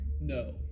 No